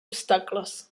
obstacles